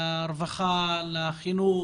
לרווחה ולחינוך?